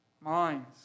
minds